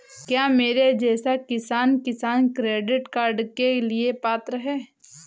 क्या मेरे जैसा किसान किसान क्रेडिट कार्ड के लिए पात्र है?